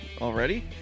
Already